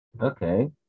Okay